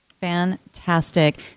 Fantastic